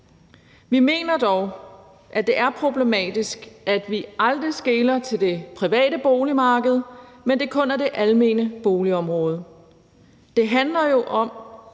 Vi mener dog, at det er problematisk, at vi aldrig skeler til det private boligmarked, men at det kun er det almene boligområde. Det handler jo om